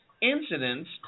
incidents